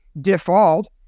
default